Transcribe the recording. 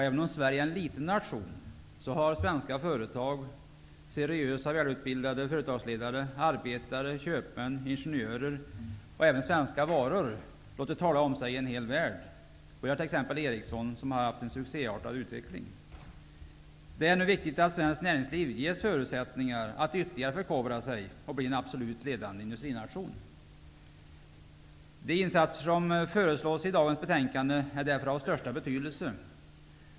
Även om Sverige är en liten nation har svenska företag, seriösa och välutbildade företagsledare, arbetare, köpmän, ingenjörer och även svenska varor låtit tala om sig i en hel värld. Jag kan som exempel nämna Ericsson, som haft en succéartad utveckling. Det är nu viktigt att svenskt näringsliv ges förutsättningar att ytterligare förkovra sig så att vi blir en absolut ledande industrination. De insatser som föreslås i dagens betänkande är därför av största betydelse.